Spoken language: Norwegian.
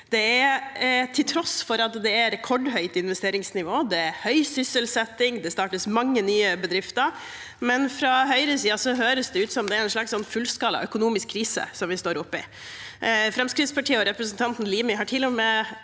Til tross for at det er rekordhøyt investeringsnivå og høy sysselsetting og det startes mange nye bedrifter, høres det fra høyresiden ut som det er en slags fullskala økonomisk krise vi står oppi. Fremskrittspartiet og representanten Limi har til og med